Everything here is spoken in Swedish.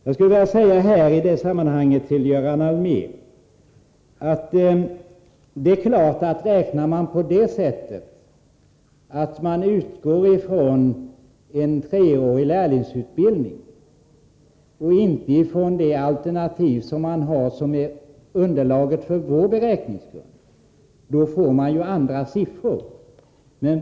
Jag skulle i detta sammanhang vilja säga till Göran Allmér att om man räknar på det sättet att man utgår från en treårig lärlingsutbildning och inte från det alternativ som ligger till grund för vår beräkning, så är det klart att man får andra siffror.